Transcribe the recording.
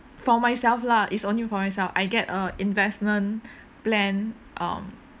for myself lah it's only for myself I get a investment plan um